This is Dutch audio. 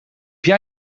jij